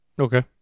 Okay